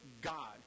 God